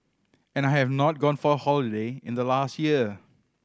and I have not gone for a holiday in the last year